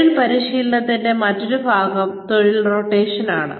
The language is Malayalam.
തൊഴിൽ പരിശീലനത്തിന്റെ മറ്റൊരു ഭാഗം തൊഴിൽ റൊട്ടേഷൻ ആണ്